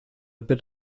bit